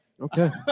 Okay